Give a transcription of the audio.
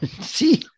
See